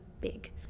big